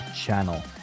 channel